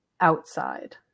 outside